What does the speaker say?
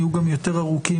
התלויים".